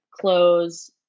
close